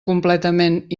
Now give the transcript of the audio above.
completament